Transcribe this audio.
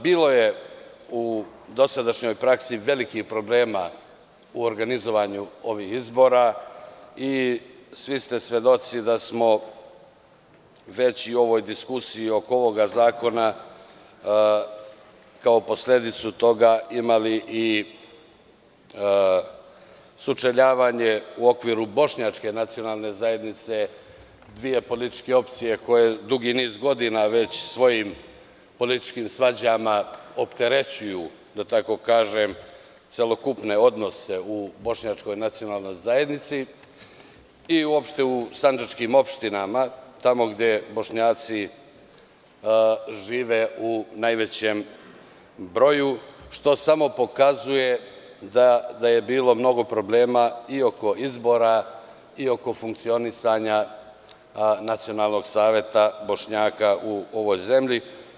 Bilo je u dosadašnjoj praksi velikih problema u organizovanju ovih izbora i svi ste svedoci da smo u ovoj diskusiji oko ovog zakona kao posledicu toga imali i sučeljavanja u okviru Bošnjačke nacionalne zajednice dve političke opcije koje dugi niz godina svojim političkim svađama opterećuju, da tako kažem, celokupne odnose u Bošnjačkoj nacionalnoj zajednici i uopšte u sandžačkim opštinama, tamo gde Bošnjaci žive u najvećem broju, što samo pokazuje da je bilo mnogo problema oko izbora i funkcionisanja Nacionalnog saveta Bošnjaka u ovoj zemlji.